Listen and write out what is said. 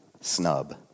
snub